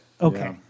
Okay